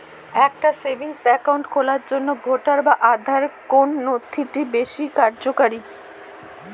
একটা savings account খোলার জন্য ভোটার বা আধার কোন নথিটি বেশী কার্যকরী?